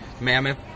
mammoth